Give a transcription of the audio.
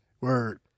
Word